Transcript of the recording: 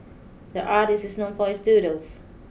the artist is known for his doodles